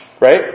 Right